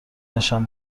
نشان